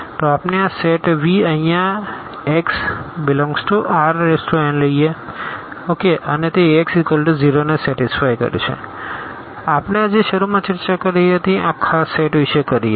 તો આપણે આ સેટ V અહિયાં x∈Rnલઈએ અને તે Ax0ને સેટીસફાઈ કરશે આપણે આજે શરુ માં ચર્ચા કરી હતી આ ખાસ સેટ વિષે કરી હતી